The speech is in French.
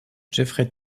jeffrey